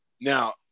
Now